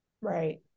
Right